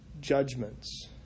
judgments